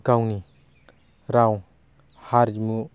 गावनि राव हारिमु